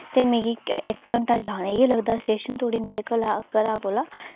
ते मिकी इक घंटा जाने गी लगदा स्टेशन धोड़ी मेरे घरै कोला